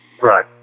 Right